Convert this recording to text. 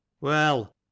Well